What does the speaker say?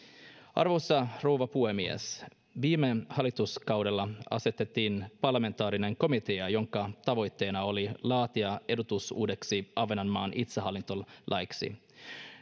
arvoisa rouva puhemies viime hallituskaudella asetettiin parlamentaarinen komitea jonka tavoitteena oli laatia ehdotus uudeksi ahvenanmaan itsehallintolaiksi